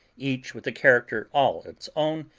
each with a character all its own,